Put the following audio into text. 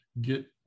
get